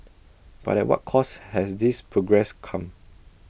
but at what cost has this progress come